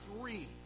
three